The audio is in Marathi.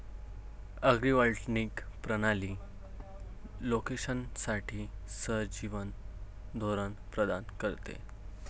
अग्रिवॉल्टाईक प्रणाली कोलोकेशनसाठी सहजीवन धोरण प्रदान करते